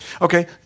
Okay